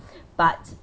but